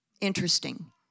Interesting